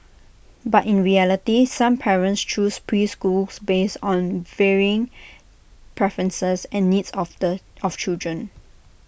but in reality some parents choose preschools based on varying preferences and needs of the of children